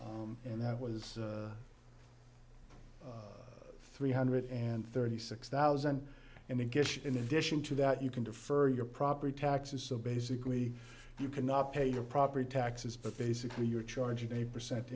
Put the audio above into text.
and that was three hundred and thirty six thousand and then in addition to that you can defer your property taxes so basically you cannot pay your property taxes but basically you're charging a percent